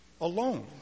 alone